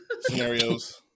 scenarios